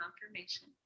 confirmation